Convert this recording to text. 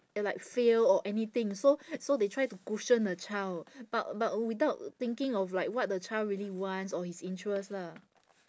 like fail or anything so so they try to cushion the child but but without thinking of like what the child really wants or his interest lah